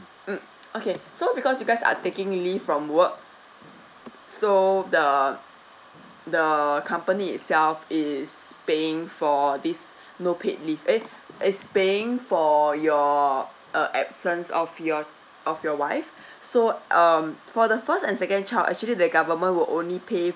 mm okay so because you guys are taking leave from work so the the company itself is paying for this no paid leave eh it's paying for your uh absence of your of your wife so um for the first and second child actually the government will only pay